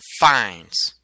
fines